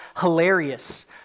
hilarious